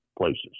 places